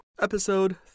Episode